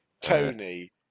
Tony